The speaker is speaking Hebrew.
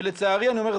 ולצערי אני אומר,